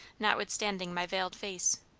notwithstanding my veiled face.